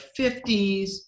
50s